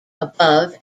above